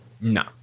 No